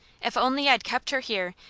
if only i'd kept her here,